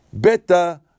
beta